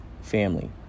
family